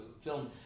film